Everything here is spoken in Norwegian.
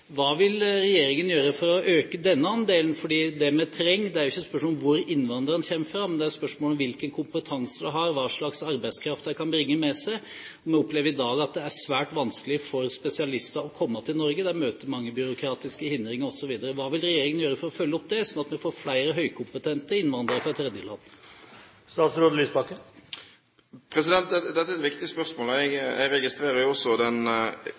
Hva vil regjeringen gjøre for å øke denne andelen? Det er ikke spørsmål om hvor innvandreren kommer fra, men det er spørsmål om hvilken kompetanse han har, og hva slags arbeidskraft han kan bringe med seg. Vi opplever i dag at det er svært vanskelig for spesialister å komme til Norge. De møter mange byråkratiske hindringer osv. Hva vil regjeringen gjøre for å følge opp det, sånn at vi får flere høykompetente innvandrere fra tredjeland? Dette er et viktig spørsmål. Jeg registrerer også den